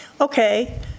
okay